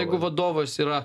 jeigu vadovas yra